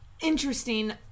Interesting